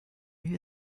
you